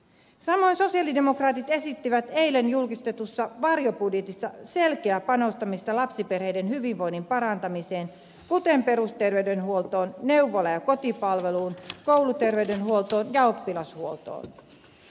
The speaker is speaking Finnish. samoin sosialidemokraatit esittivät eilen julkistetussa varjobudjetissa selkeää panostamista lapsiperheiden hyvinvoinnin parantamiseen kuten perusterveydenhuoltoon neuvola ja kotipalveluun kouluterveydenhuoltoon ja oppilashuoltoon